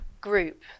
group